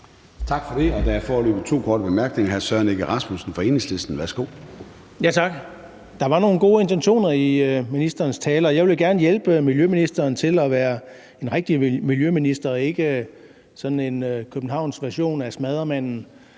Tak for det. Der er foreløbig to til korte bemærkninger. Værsgo til hr. Søren Egge Rasmussen fra Enhedslisten. Kl. 14:09 Søren Egge Rasmussen (EL): Tak. Der var nogle gode intentioner i ministerens tale, og jeg vil jo gerne hjælpe miljøministeren til at være en rigtig miljøminister og ikke sådan en københavnsk version af Smadremanden,